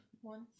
One